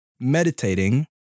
Meditating